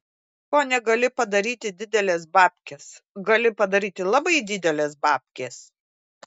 ko negali padaryti didelės babkės gali padaryti labai didelės babkės